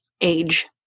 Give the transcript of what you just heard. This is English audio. age